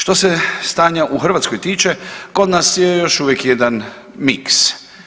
Što se stanja u Hrvatskoj tiče kod nas je još uvijek jedan miks.